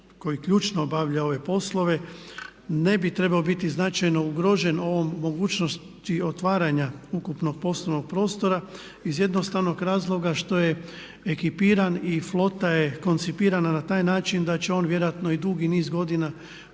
koji ključno obavljao ove poslove ne bi trebao biti značajno ugrožen ovom mogućnosti otvaranja ukupnog poslovnog prostora iz jednostavnog razloga što je ekipiran i flota je koncipirana na taj način da će on vjerojatno i dugi niz godina